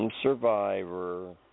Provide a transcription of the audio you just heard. Survivor